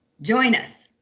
join us!